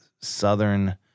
Southern